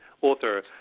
author